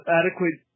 adequate